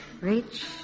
Reach